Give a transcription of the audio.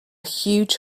huge